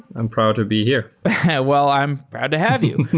i'm proud to be here well, i'm proud to have you.